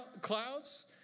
clouds